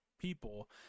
people